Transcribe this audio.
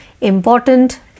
Important